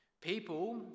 People